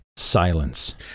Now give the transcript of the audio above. Silence